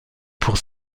pour